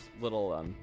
little